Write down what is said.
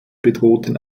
bedrohten